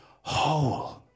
whole